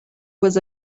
was